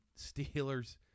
Steelers